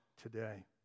today